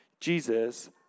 Jesus